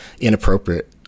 inappropriate